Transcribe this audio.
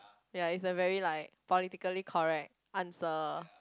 ya it's a very like politically correct answer